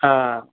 हा